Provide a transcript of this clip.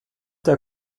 der